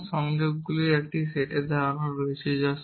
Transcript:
সুতরাং সংযোগগুলির একটি সেটের ধারণাও রয়েছে